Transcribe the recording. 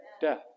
death